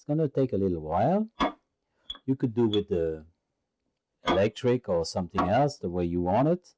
it's going to take a little while you could do with the electric or something else the way you want it